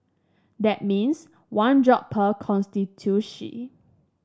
that means one job per constituency